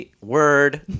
Word